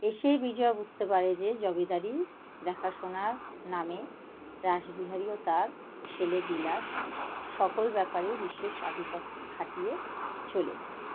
এসেই বিজয়া বুঝতে পারে যে জমিদারী দেখাশোনার নামে রাসবিহারী ও তার ছেলে বিলাস সকল ব্যাপারেই বিশেষ আধিপত্য খাটিয়ে চলেছে